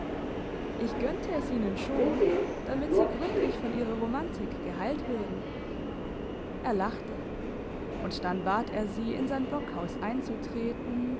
ich gönnte es ihnen schon damit sie gründlich von ihrer romantik geheilt würden er lachte und dann bat er sie in sein blockhaus einzutreten